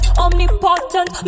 omnipotent